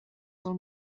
del